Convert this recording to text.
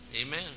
Amen